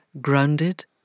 grounded